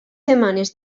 setmanes